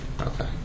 Okay